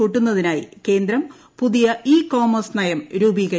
കൂട്ടുന്നതിനായി കേന്ദ്രം പുതിയ e commerce നയം രൂപീകരിക്കും